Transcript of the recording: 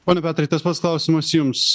pone petrai tas pats klausimas jums